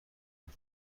داد